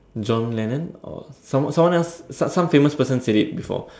John-Lennon or some someone else some some famous person said it before